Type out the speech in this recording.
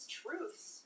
truths